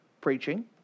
Preaching